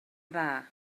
dda